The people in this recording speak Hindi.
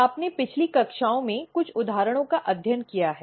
आपने पिछली कक्षाओं में कुछ उदाहरणों का अध्ययन किया है